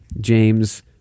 James